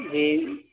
جی